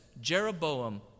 Jeroboam